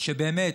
באמת,